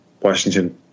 Washington